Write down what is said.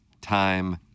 time